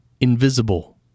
invisible